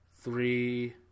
Three